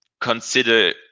consider